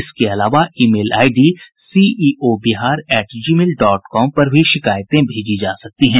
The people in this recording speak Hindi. इसके अलावा email ID CEO Bihar at Gmail dot com पर भी शिकायतें भेजी जा सकती हैं